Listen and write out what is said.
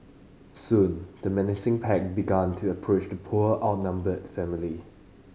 soon the menacing pack began to approach the poor outnumbered family